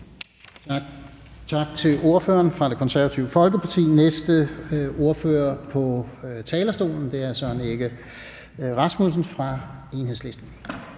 Tak til ordføreren fra Det Konservative Folkeparti. Den næste ordfører på talerstolen er hr. Søren Egge Rasmussen fra Enhedslisten.